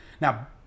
Now